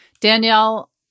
Danielle